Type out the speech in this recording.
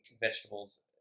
vegetables